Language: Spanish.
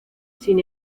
sin